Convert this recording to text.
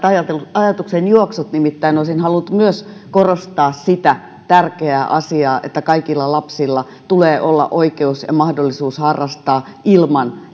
ajatuksenjuoksut nimittäin olisin halunnut myös korostaa sitä tärkeää asiaa että kaikilla lapsilla tulee olla oikeus ja mahdollisuus harrastaa ilman